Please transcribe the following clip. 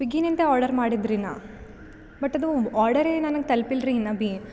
ಸ್ವಿಗ್ಗಿನೆಂತೆ order ಮಾಡಿದ್ರಿನ but ಅದು ಆರ್ಡರೇ ನನಗೆ ತಲುಪಿಲ್ರಿ ಇನ್ನು ಬಿ